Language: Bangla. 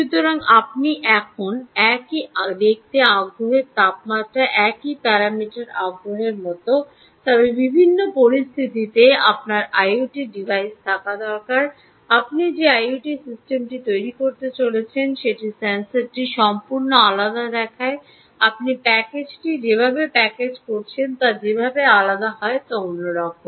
সুতরাং আপনি এখন একই দেখতে আগ্রহের তাপমাত্রা একই প্যারামিটারের আগ্রহের মতো তবে বিভিন্ন পরিস্থিতিতে আপনার আইওটি ডিভাইস থাকা দরকার আপনি যে আইওটি সিস্টেমটি তৈরি করতে চলেছেন সেটি সেন্সরটি সম্পূর্ণ আলাদা দেখায় আপনি প্যাকেজটি যেভাবে প্যাকেজ করেছেন তা যেভাবে আলাদা হয় তা অন্যরকম